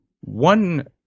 One